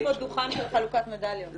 יש פה דוכן של חלוקת מדליות...